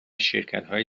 شرکتهای